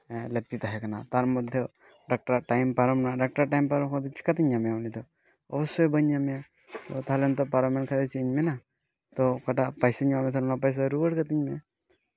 ᱦᱮᱸ ᱞᱟᱹᱠᱛᱤ ᱛᱟᱦᱮᱸ ᱛᱟᱨ ᱢᱚᱫᱽᱫᱷᱮ ᱰᱟᱠᱴᱟᱨ ᱟᱜ ᱴᱟᱭᱤᱢ ᱯᱟᱨᱚᱢ ᱱᱟ ᱰᱟᱠᱛᱟᱨ ᱴᱟᱭᱤᱢ ᱯᱟᱨᱚᱢ ᱠᱟᱛᱮ ᱪᱤᱠᱟᱛᱮᱧ ᱧᱟᱢᱮᱭᱟ ᱩᱱᱤ ᱫᱚ ᱚᱵᱚᱥᱥᱳᱭ ᱵᱟᱹᱧ ᱧᱟᱢᱮᱭᱟ ᱛᱟᱦᱚᱞᱮ ᱱᱤᱛᱚᱜ ᱯᱟᱨᱚᱢᱮᱱ ᱠᱷᱟᱱ ᱪᱮᱫ ᱤᱧ ᱢᱮᱱᱟ ᱛᱚ ᱚᱠᱟᱴᱟᱜ ᱯᱚᱭᱥᱟᱧ ᱮᱢ ᱞᱮᱫᱟ ᱛᱚ ᱚᱱᱟ ᱯᱚᱭᱥᱟ ᱨᱩᱣᱟᱹᱲ ᱠᱟᱹᱛᱤᱧ ᱢᱮ